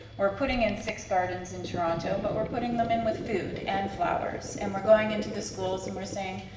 we're putting in six gardens in toronto, but we're putting them in with food and flowers, and we're going into the schools and we're saying,